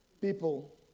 people